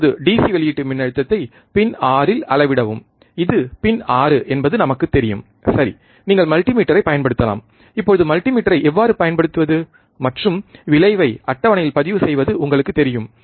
இப்போது டிசி வெளியீட்டு மின்னழுத்தத்தை பின் 6 இல் அளவிடவும் இது பின் 6 என்பது நமக்குத் தெரியும் சரி நீங்கள் மல்டிமீட்டரைப் பயன்படுத்தலாம் இப்போது மல்டிமீட்டரை எவ்வாறு பயன்படுத்துவது மற்றும் விளைவை அட்டவணையில் பதிவுசெய்வது உங்களுக்குத் தெரியும்